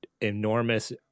enormous